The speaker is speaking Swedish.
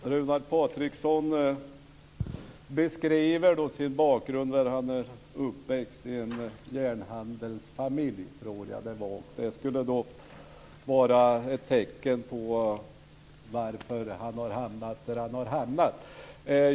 Fru talman! Runar Patriksson beskriver sin bakgrund. Jag uppfattade att han är uppväxt i en järnhandelsfamilj, vilket skulle vara en förklaring till att han har hamnat där han har hamnat.